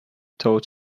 taught